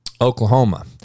Oklahoma